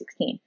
2016